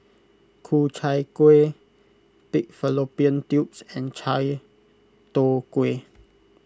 Ku Chai Kueh Pig Fallopian Tubes and Chai Tow Kuay